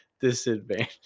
disadvantage